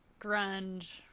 grunge